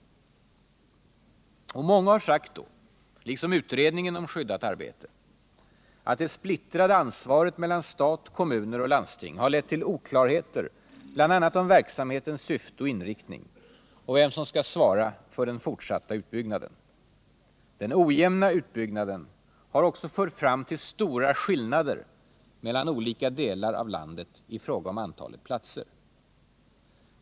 Många har sagt, liksom utredningen om skyddat arbete, att det splittrade ansvaret mellan stat, kommuner och landsting lett till oklarheter bl.a. om verksamhetens syfte och inriktning och vem som skall svara för den fortsatta utbyggnaden. Den ojämna utbyggnaden har också lett till stora skillnader mellan olika delar av landet i fråga om antalet platser.